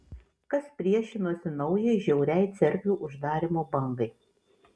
kas priešinosi naujai žiauriai cerkvių uždarymo bangai